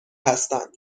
هستند